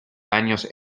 años